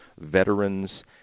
veterans